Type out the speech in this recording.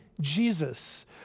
Jesus